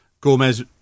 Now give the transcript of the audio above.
Gomez